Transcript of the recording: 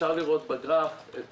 אפשר לראות בגרף את